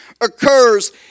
occurs